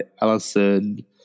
Alison